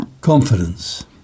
Confidence